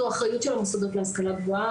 זו אחריות של המוסדות להשכלה גבוהה,